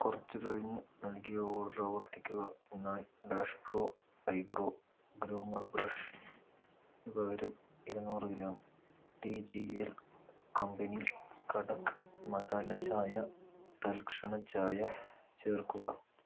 ഇന്ന് കുറച്ചു കഴിഞ്ഞ് നൽകിയ ഓർഡർ ആവർത്തിക്കുക എന്നാൽ Dash Pro I Bro groomer ബ്രഷ്ന് പകരം ഇരുനൂറ് gram T G L company കടക്ക് മസാല ചായ തൽക്ഷണ ചായ ചേർക്കുക